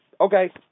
okay